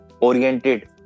oriented